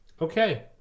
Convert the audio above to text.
Okay